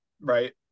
right